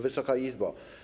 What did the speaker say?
Wysoka Izbo!